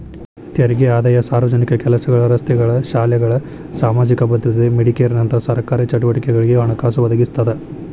ತೆರಿಗೆ ಆದಾಯ ಸಾರ್ವಜನಿಕ ಕೆಲಸಗಳ ರಸ್ತೆಗಳ ಶಾಲೆಗಳ ಸಾಮಾಜಿಕ ಭದ್ರತೆ ಮೆಡಿಕೇರ್ನಂತ ಸರ್ಕಾರಿ ಚಟುವಟಿಕೆಗಳಿಗೆ ಹಣಕಾಸು ಒದಗಿಸ್ತದ